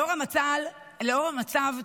לנוכח המצב,